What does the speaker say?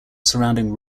surrounding